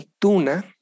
tuna